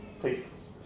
tastes